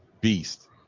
Beast